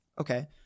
Okay